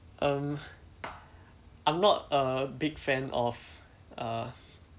mm I'm not a big fan of uh